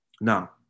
now